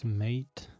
mate